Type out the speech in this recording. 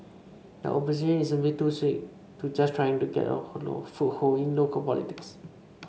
the opposition is simply too sick just trying to get a foothold in local politics